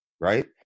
right